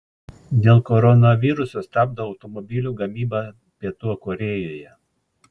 dėl koronaviruso stabdo automobilių gamybą pietų korėjoje